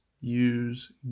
use